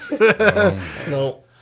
no